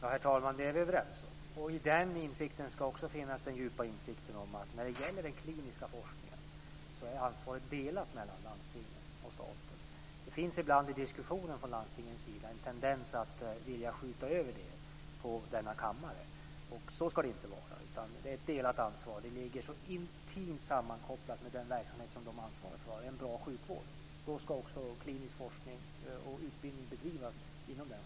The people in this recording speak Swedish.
Herr talman! Vi är överens, och i detta ska också finnas den djupa insikten om att ansvaret när det gäller den kliniska forskningen är delat mellan landstingen och staten. Det finns ibland i diskussionen från landstingens sida en tendens att vilja skjuta över det ansvaret på denna kammare, och så ska det inte vara. Det är ett delat ansvar, och det är intimt sammankopplat med den verksamhet som landstingen ansvarar för, en bra sjukvård. Då ska också klinisk forskning och utbildning bedrivas inom den sjukvården.